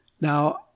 now